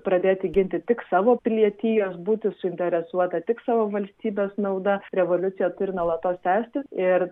pradėti ginti tik savo pilietijos būti suinteresuota tik savo valstybės nauda revoliucija turi nuolatos tęstis ir